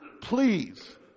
Please